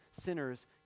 sinners